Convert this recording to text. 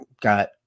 got